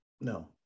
No